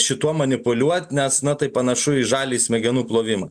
šituo manipuliuot nes na tai panašu į žaliąjį smegenų plovimą